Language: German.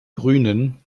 grünen